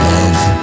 Love